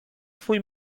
twój